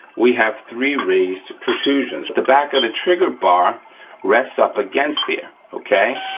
we have three raised protrusions. the back of the trigger bar rests up against there, okay?